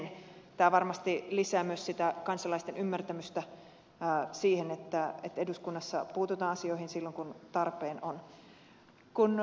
tämä varmasti lisää myös sitä kansalaisten ymmärtämystä siihen että eduskunnassa puututaan asioihin silloin kun tarpeen on